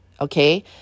okay